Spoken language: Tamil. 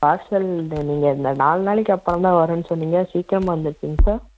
பார்சல் இந்த நீங்கள் இந்த நாலு நாளைக்கு அப்புறம் தான் வரேன்னு சொன்னீங்க சீக்கிரமாக வந்துருக்கீங்க சார்